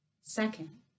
Second